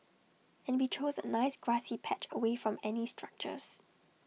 and we chose A nice grassy patch away from any structures